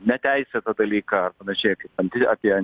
neteisėtą dalyką ar panašiai kaip anti apie